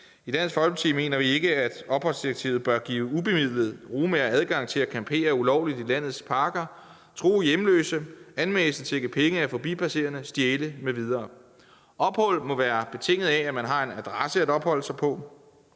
I Dansk Folkeparti mener vi ikke, at opholdsdirektivet bør give ubemidlede romaer adgang til at campere ulovligt i landets parker, true hjemløse, anmassende tigge penge af forbipasserende, stjæle m.v. Ophold må være betinget af, at man har en adresse at opholde sig på.